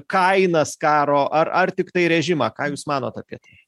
kainas karo ar ar tiktai režimą ką jūs manot apie tai